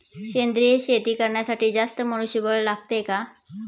सेंद्रिय शेती करण्यासाठी जास्त मनुष्यबळ लागते का?